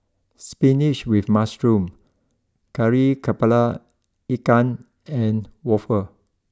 spinach with Mushroom Kari Kepala Ikan and waffle